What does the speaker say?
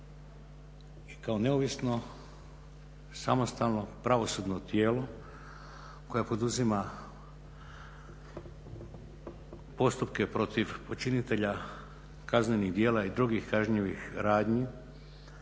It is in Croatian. kao neovisno, samostalno, pravosudno tijelo koje poduzima postupke protiv počinitelja kaznenih djela i drugih kažnjivih radnji,